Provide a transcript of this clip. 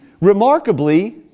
remarkably